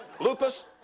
Lupus